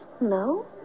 No